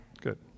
Good